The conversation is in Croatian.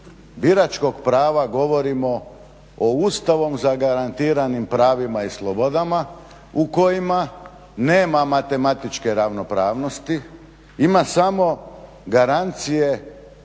biračkog prava govorimo o ustavom zagarantiranim pravima i slobodama u kojima nema matematičke ravnopravnosti, ima samo garancije